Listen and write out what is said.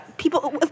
People